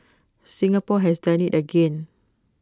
Singapore has done IT again